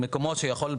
מקומות שיכול,